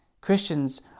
Christians